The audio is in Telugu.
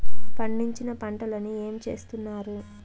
పండించిన పంటలని ఏమి చేస్తున్నారు?